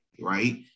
right